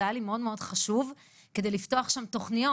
היה לי מאוד חשוב כדי לפתוח שם תוכניות.